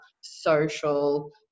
social